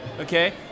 okay